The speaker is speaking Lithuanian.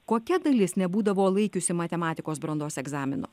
kokia dalis nebūdavo laikiusi matematikos brandos egzamino